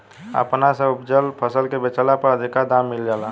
अपना से उपजल फसल के बेचला पर अधिका दाम मिल जाला